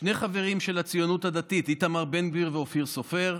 שני החברים של הציונות הדתית: איתמר בן גביר ואופיר סופר,